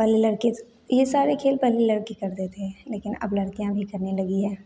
पहले लड़के ये सारे खेल पहले लड़के करते थे लेकिन अब लड़कियाँ भी करने लगी है